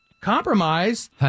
compromise